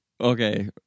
okay